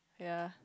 ya